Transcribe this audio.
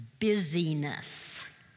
busyness